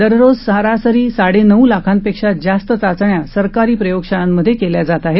दररोज सरासरी साडेनऊ लाखांपेक्षा जास्त चाचण्या सरकारी प्रयोगशाळांमध्ये केल्या जात आहेत